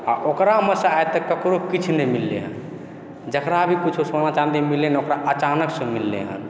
आओर ओकरा बादसँ आइ तक ककरो किछु नहि मिललै हँ जकरा भी कोनो सोना चाँदी मिललै हँ ओकरा अचानकसँ मिललै हँ